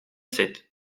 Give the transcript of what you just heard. sept